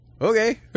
Okay